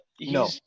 no